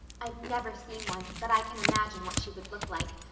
i've never seen one, but i can imagine what she would look like.